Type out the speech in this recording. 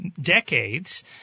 decades